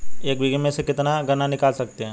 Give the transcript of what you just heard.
एक बीघे में से कितना गन्ना निकाल सकते हैं?